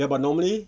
ya but normally